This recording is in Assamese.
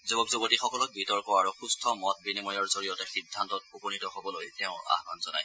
যুৱক যুৱতীসকলক বিতৰ্ক আৰু সুস্থ মত বিনিময়ৰ জৰিয়তে সিদ্ধান্তত উপনীত হ'বলৈ তেওঁ আহান জনায়